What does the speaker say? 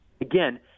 again